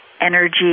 energy